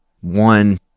one